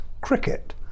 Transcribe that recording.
cricket